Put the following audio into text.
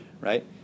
right